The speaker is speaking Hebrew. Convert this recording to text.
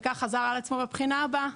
וכך חזר על עצמו בבחינה הבאה.